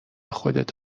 خودت